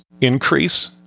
increase